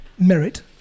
Merit